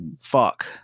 fuck